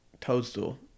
Toadstool